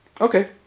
Okay